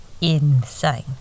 Insane